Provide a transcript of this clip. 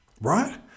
right